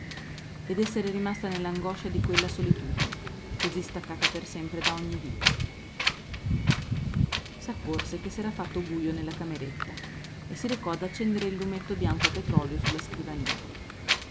ed esser rimasta nell'angoscia di quella solitudine così staccata per sempre da ogni vita s'accorse che s'era fatto bujo nella cameretta e si recò ad accendere il lumetto bianco a petrolio sulla scrivania